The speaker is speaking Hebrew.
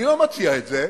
אני לא מציע את זה,